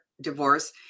divorce